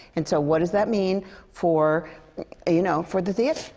and so, what does that mean for you know. for the theatre.